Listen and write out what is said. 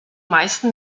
meisten